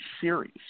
series